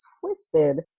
twisted